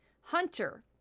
Hunter